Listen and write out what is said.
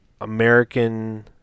American